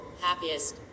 happiest